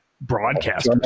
broadcast